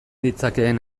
ditzakeen